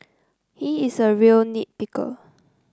he is a real nit picker